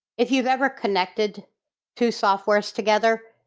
if you've ever connected two software's together,